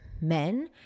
men